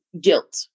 guilt